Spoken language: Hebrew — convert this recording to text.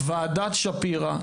ועדת שפירא,